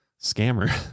Scammer